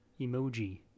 Emoji